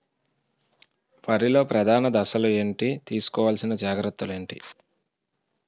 వరిలో ప్రధాన దశలు ఏంటి? తీసుకోవాల్సిన జాగ్రత్తలు ఏంటి?